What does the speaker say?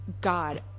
God